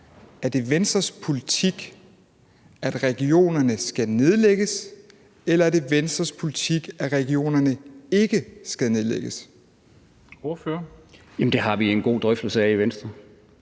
Er det Venstres politik, at regionerne skal nedlægges? Eller er det Venstres politik, at regionerne ikke skal nedlægges?